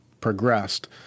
progressed